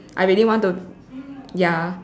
I really want to ya